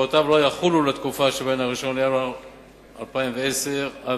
והוראותיו לא יחולו בתקופה שבין 1 בינואר 2010 ל-15